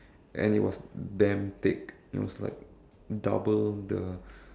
and it was damn thick it was like double the